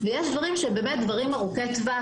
ויש באמת דברים ארוכי טווח,